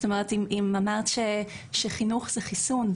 אם אמרת שחינוך זה חיסון,